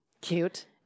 Cute